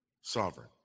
sovereign